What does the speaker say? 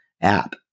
app